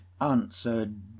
answered